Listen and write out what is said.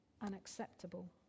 unacceptable